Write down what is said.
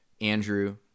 Andrew